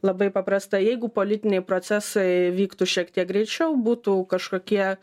labai paprasta jeigu politiniai procesai vyktų šiek tiek greičiau būtų kažkokie